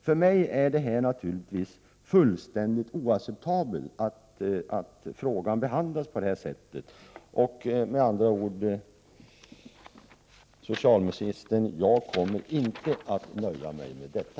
För mig är det naturligtvis fullständigt oacceptabelt att frågan behandlas så här. Med andra ord: Prot. 1988/89:53 Socialministern, jag kommer inte att nöja mig med detta.